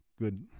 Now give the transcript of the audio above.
good